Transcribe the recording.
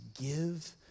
give